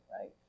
right